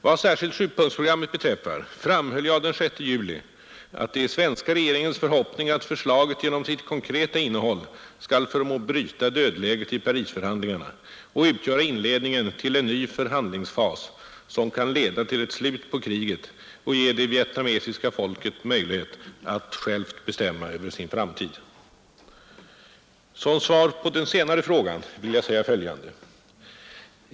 Vad särskilt sjupunktsprogrammet beträffar framhöll jag den 6 juli, att det är svenska regeringens förhoppning att förslaget genom sitt konkreta innehåll skall förmå bryta dödläget i Parisförhandlingarna och utgöra inledningen till en ny förhandlingsfas, som kan leda till ett slut på kriget och ge det vietnamesiska folket möjlighet att självt bestämma över sin framtid. Som svar på den senare frågan vill jag säga följande.